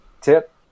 tip